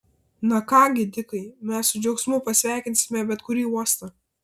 na ką gi dikai mes su džiaugsmu pasveikinsime bet kurį uostą